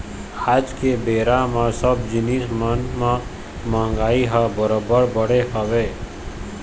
आज के बेरा म सब जिनिस मन म महगाई ह बरोबर बढ़े हवय